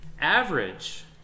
average